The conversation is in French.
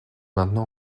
maintenant